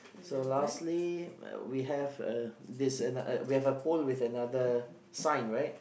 so lastly we have a this another we have a pole with another sign right